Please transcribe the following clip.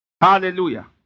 Hallelujah